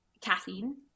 caffeine